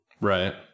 Right